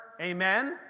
amen